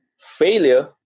Failure